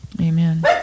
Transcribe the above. Amen